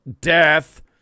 death